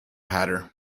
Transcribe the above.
hatter